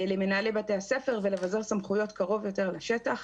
למנהלי בתי הספר ולבזר סמכויות קרוב יותר לשטח,